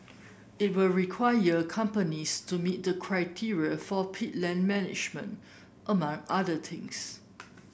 it will require companies to meet the criteria for peat land management among other things